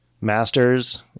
masters